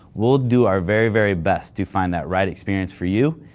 we'll do our very, very best to find that right experience for you.